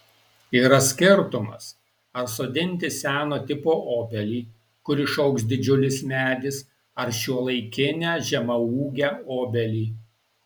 yra skirtumas ar sodinti seno tipo obelį kur išaugs didžiulis medis ar šiuolaikinę žemaūgę obelį